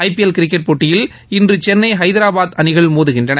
IPL கிரிக்கெட்டில் இன்று சென்ளை ஹைதராபாத் அணிகள் மோதுகின்றன